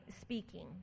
speaking